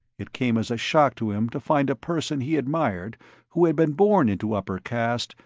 it came as a shock to him to find a person he admired who had been born into upper caste,